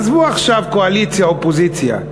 עזבו עכשיו קואליציה אופוזיציה.